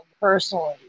personally